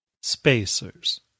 Spacers